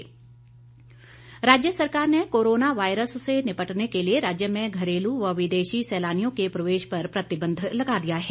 पर्यटन रोक राज्य सरकार ने कोरोना वायरस से निपटने के लिए राज्य में घरेलू व विदेशी सैलानियों के प्रवेश पर प्रतिबंध लगा दिया है